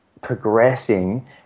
progressing